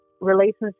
relationships